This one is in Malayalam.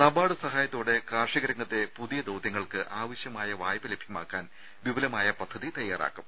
നബാർഡ് സഹായത്തോടെ കാർഷിക രംഗത്തെ പുതിയ ദൌത്യങ്ങൾക്ക് ആവശ്യമായ വായ്പ ലഭ്യമാക്കാൻ വിലുപമായ പദ്ധതി തയ്യാറാക്കും